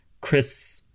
Chris